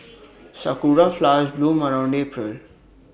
Sakura Flowers bloom around April